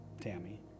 Tammy